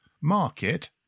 market